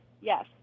yes